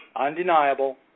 undeniable